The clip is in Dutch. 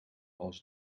als